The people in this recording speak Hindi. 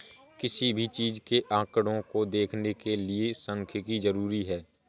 किसी भी चीज के आंकडों को देखने के लिये सांख्यिकी जरूरी हैं